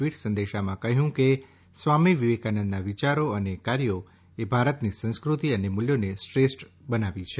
એક ટવીટ સંદેશમાં તેમણે કહ્યું કે સ્વામી વિવેકાનંદના વિયારો અને કાર્યો એ ભારતની સંસ્ફતિ અને મૂલ્યોને શ્રેષ્ઠ બનાવી છે